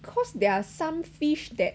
cause there are some fish that